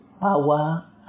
power